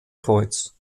kreuz